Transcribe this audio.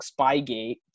Spygate